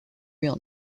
real